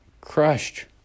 crushed